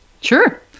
Sure